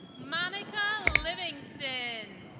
monica livingston